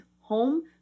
home